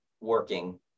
working